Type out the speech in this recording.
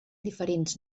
diferents